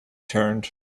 turned